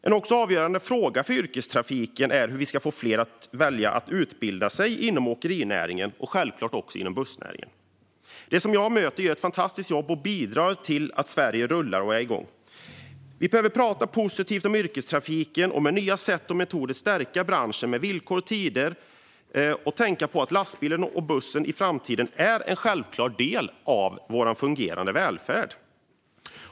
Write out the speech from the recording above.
En avgörande fråga för yrkestrafiken är hur vi ska få fler att välja att utbilda sig inom åkerinäringen och självklart även inom bussnäringen. De som jag möter gör ett fantastiskt jobb och bidrar till att Sverige rullar och är igång. Vi behöver prata positivt om yrkestrafiken och med nya sätt och metoder stärka branschen med villkor och tider. Vi behöver tänka på att lastbilen och bussen i framtiden är en självklar del av vår fungerande välfärd.